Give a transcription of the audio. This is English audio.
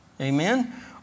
amen